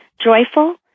joyful